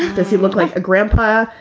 does he look like a grandpa?